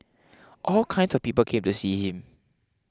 all kinds of people came to see him